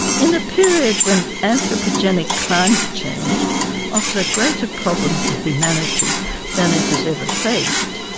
in a period when anthropogenic climate change offers a greater problem to humanity than it has ever faced,